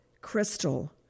Crystal